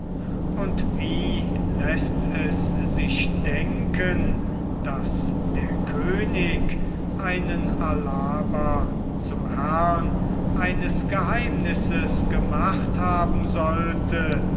und wie läßt es sich denken daß der könig einen alava zum herrn eines geheimnisses gemacht haben sollte